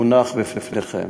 בפניכם.